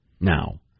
now